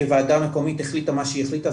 ועדה מקומית החליטה כפי שהיא החליטה,